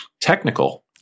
technical